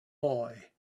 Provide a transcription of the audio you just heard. boy